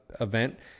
event